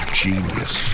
genius